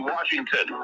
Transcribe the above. Washington